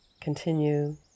Continue